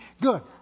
Good